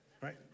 right